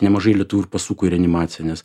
nemažai lietuvių ir pasuko ir reanimaciją nes